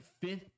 fifth